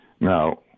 Now